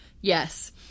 Yes